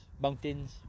mountains